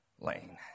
lane